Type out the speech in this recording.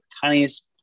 tiniest